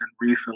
recently